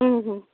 ହୁଁ ହୁଁ